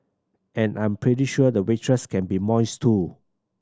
and I'm pretty sure the waitress can be moist too